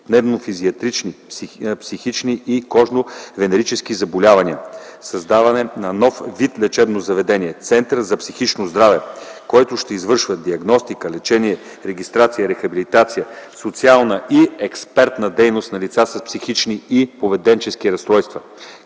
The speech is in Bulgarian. пневмо-фтизиатрични, психични и кожно-венерически заболявания. - Създаване на нов вид лечебно заведение – център за психично здраве, който ще извършва диагностика, лечение, регистрация, рехабилитация, социална и експертна дейност на лица с психични и поведенчески разстройства,